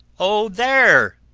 o there!